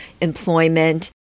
employment